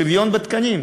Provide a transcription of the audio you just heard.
שוויון בתקנים.